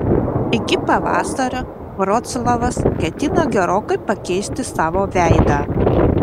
iki pavasario vroclavas ketina gerokai pakeisti savo veidą